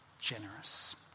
generous